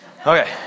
Okay